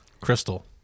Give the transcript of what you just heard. crystal